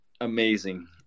amazing